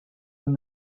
and